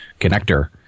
connector